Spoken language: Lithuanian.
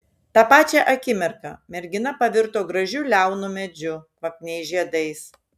tą pačią akimirka mergina pavirto gražiu liaunu medžiu kvapniais žiedais